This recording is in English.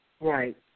Right